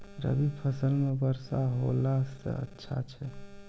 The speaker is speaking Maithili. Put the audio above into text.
रवी फसल म वर्षा होला से अच्छा छै?